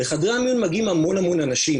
לחדרי המיון מגיעים המון המון אנשים